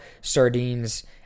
sardines